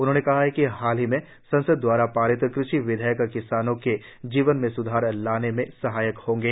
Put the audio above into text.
उन्होंने कहा कि हाल ही में संसद द्वारा पारित कृषि विधेयक किसानों के जीवन में स्धार लाने में सहायक होंगे